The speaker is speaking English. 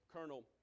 Colonel